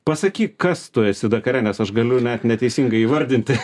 pasakyk kas tu esi dakare nes aš galiu net neteisingai įvardinti